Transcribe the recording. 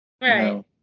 right